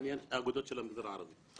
האגודות של המגזר הערבי.